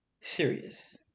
serious